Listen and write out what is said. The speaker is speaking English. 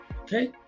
okay